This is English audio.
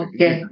Okay